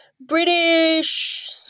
British